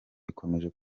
bikomeje